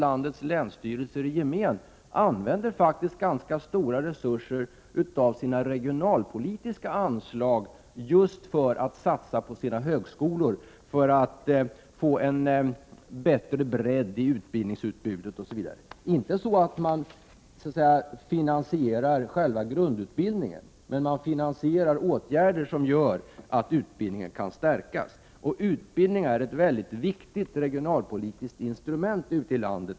Landets länsstyrelser i gemen använder faktiskt ganska stora resurser av sina regionalpolitiska anslag till satsningar på sina högskolor för att få en bättre bredd i utbildningsutbudet osv. De finansierar inte själva grundutbildningen, men de finansierar åtgärder som syftar till att stärka utbildningen. Utbildning är ett mycket viktigt regionalpolitiskt instrument ute i landet.